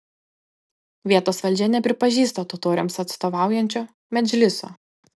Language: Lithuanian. vietos valdžia nepripažįsta totoriams atstovaujančio medžliso